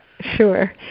Sure